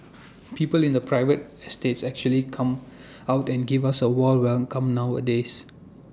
people in private estates actually come out and give us A warm welcome nowadays